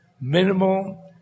minimal